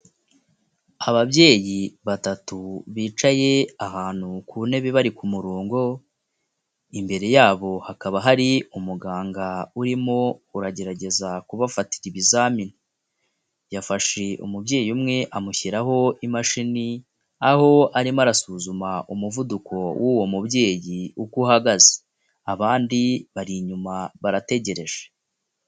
Ababyeyi batatu bicaye ahantu ku ntebe bari ku murongo, imbere yabo hakaba hari umuganga urimo uragerageza kubafatira ibizamini. Yafasheshije umubyeyi umwe amushyiraho imashini, aho arimo arasuzuma umuvuduko w'uwo mubyeyi uko uhagaze. Abandi bari inyuma barategereje.